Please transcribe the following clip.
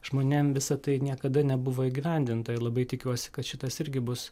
žmonėm visa tai niekada nebuvo įgyvendinta ir labai tikiuosi kad šitas irgi bus